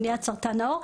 מניעת סרטן העור,